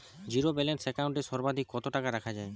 Zero balance account এ সর্বাধিক কত টাকা রাখা য়ায়?